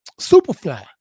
Superfly